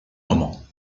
moments